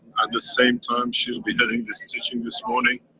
at the same time, she'll be heading this teaching this morning.